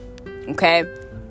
okay